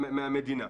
מהמדינה.